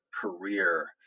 career